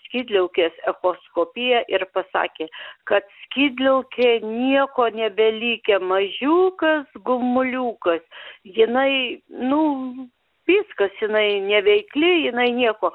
skydliaukės echoskopiją ir pasakė kad skydliaukėj nieko nebelikę mažiukas gumuliukas jinai nu viskas jinai neveikli jinai nieko